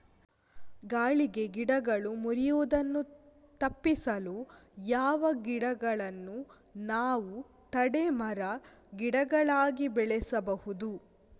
ಗಾಳಿಗೆ ಗಿಡಗಳು ಮುರಿಯುದನ್ನು ತಪಿಸಲು ಯಾವ ಗಿಡಗಳನ್ನು ನಾವು ತಡೆ ಮರ, ಗಿಡಗಳಾಗಿ ಬೆಳಸಬಹುದು?